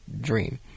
dream